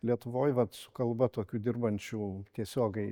lietuvoj vat su kalba tokių dirbančių tiesiogiai